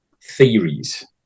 theories